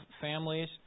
families